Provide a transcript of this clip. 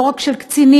לא רק של קצינים,